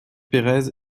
perez